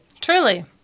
Truly